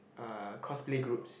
uh cosplay groups